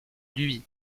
luy